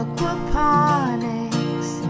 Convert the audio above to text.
Aquaponics